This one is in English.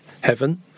heaven